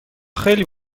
خیلی